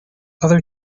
other